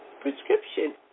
prescription